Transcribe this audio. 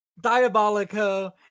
Diabolico